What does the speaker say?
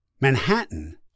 Manhattan